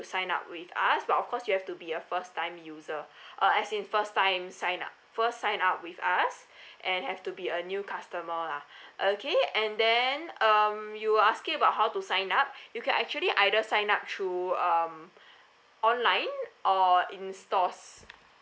sign up with us but of course you have to be a first time user uh as in first time sign up first sign up with us and have to be a new customer lah okay and then um you asking about how to sign up you can actually either sign up through um online or in stores